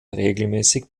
regelmäßig